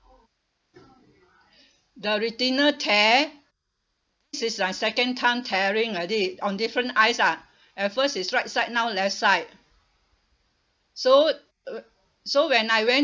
the retinal tear since I second time tearing already on different eyes lah at first is right side now left side so so when I went